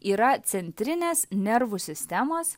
yra centrinės nervų sistemos